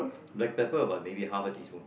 black pepper about maybe half a teaspoon